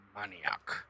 maniac